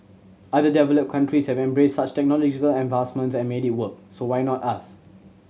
other developed countries have embraced such technological advancements and made it work so why not us